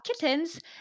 kittens